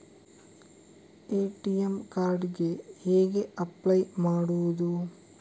ATM card ಗೆ ಹೇಗೆ apply ಮಾಡುವುದು?